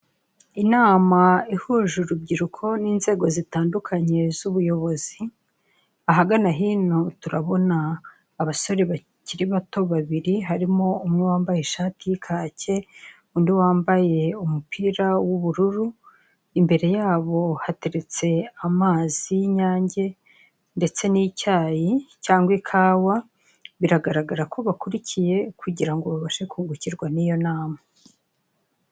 Inama ihuje urubyiruko n'inzego zitandukanye z'ubuyobozi, ahagana hino turabona abasore bakiri bato babiri harimo umwe wambaye ishati y'ikacye, undi wambaye umupira w'ubururu, imbere yabo hateretse amazi y'inyange ndetse n'icyayi cyangwa ikawa, biragaragara ko bakurikiye kugira ngo babashe kungukirwa n'iyo nama.